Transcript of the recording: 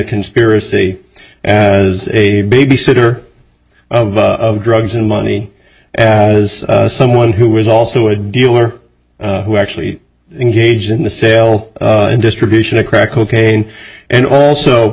conspiracy as a babysitter of drugs and money as someone who was also a dealer who actually engaged in the sale and distribution of crack cocaine and also